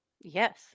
yes